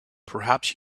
perhaps